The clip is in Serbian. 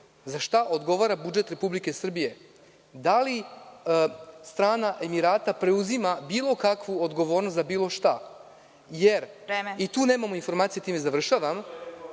Za šta odgovara budžet Republike Srbije? Da li strana Emirata preuzima bilo kakvu odgovornost za bilo šta? Tu nemamo informacije.(Predsedavajuća: